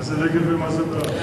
מה זה נגד ומה זה בעד?